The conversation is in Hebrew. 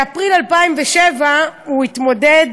באפריל 2007 הוא התמודד